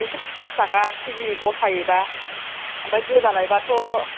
एकस' पसासि थाखा केजि गथायैबा ओमफ्राय गोदानायबाथ'